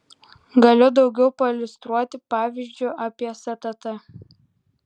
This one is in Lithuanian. galiu daugiau pailiustruoti pavyzdžiu apie stt